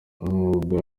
umwuga